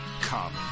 Come